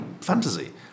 fantasy